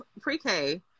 pre-k